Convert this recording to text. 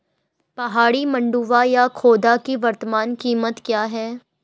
पहाड़ी मंडुवा या खोदा की वर्तमान कीमत क्या है?